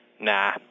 nah